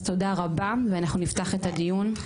אז תודה רבה ואנחנו נפתח את הדיון.